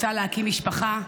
רוצה להקים משפחה,